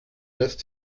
lässt